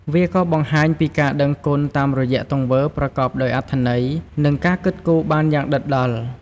វាក៏បង្ហាញពីការដឹងគុណតាមរយៈទង្វើប្រកបដោយអត្ថន័យ និងការគិតគូរបានយ៉ាងដិតដល់។